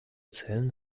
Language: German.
zellen